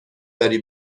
داری